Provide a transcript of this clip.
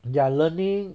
their learning